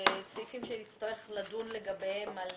אלה סעיפים שנצטרך לדון לגביהם על